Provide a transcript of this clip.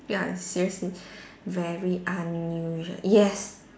ya seriously very unusual yes